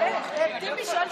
מאמין.